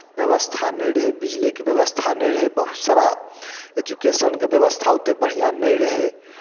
व्यवस्था नहि रहै बिजलीके व्यवस्था नहि रहै बहुत सारा एजुकेशनके व्यवस्था ओतेक बढ़िआँ नहि रहै